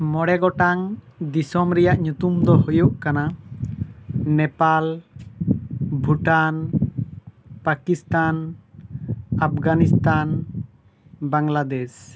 ᱢᱚᱬᱮ ᱜᱚᱴᱟᱝ ᱫᱤᱥᱚᱢ ᱨᱮᱭᱟᱜ ᱧᱩᱛᱩᱢ ᱫᱚ ᱦᱩᱭᱩᱜ ᱠᱟᱱᱟ ᱱᱮᱯᱟᱞ ᱵᱷᱩᱴᱟᱱ ᱯᱟᱠᱤᱥᱛᱟᱱ ᱟᱯᱷᱜᱟᱱᱤᱥᱛᱟᱱ ᱵᱟᱝᱞᱟᱫᱮᱥ